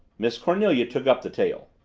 miss cornelia took up the tale.